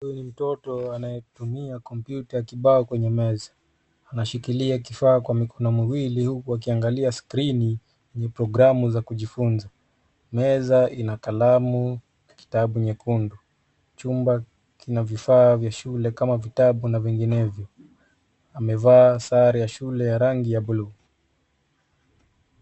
Huyu ni mtoto anayetumia kompyuta kibao kwenye meza. Anashikilia kifaa kwa mikono miwili huku akiangalia skrini yenye programu za kujifunza. Meza ina kalamu, kitabu nyekundu. Chumba kina vifaa vya shule kama vile vitabu na vinginevyo. Amevaa sare ya shule ya rangi ya buluu.